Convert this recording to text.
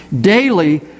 daily